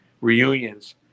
reunions